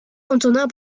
antonin